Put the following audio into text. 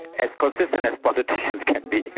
as consistent as politicians can be,